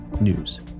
news